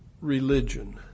religion